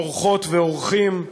אורחות ואורחים,